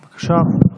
בבקשה.